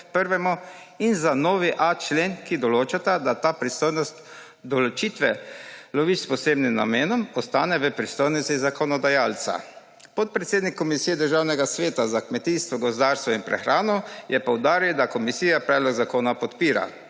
in za novi a člen, ki določata, da ta pristojnost določitve lovišč s posebnim namenom ostane v pristojnosti zakonodajalca. Podpredsednik Komisije Državnega sveta za kmetijstvo, gozdarstvo in prehrano je poudaril, da komisija predlog zakona podpira.